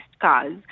cars